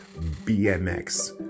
BMX